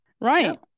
Right